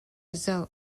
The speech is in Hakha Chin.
zoh